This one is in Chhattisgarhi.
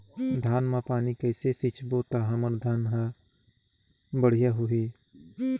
धान मा पानी कइसे सिंचबो ता हमर धन हर बढ़िया होही?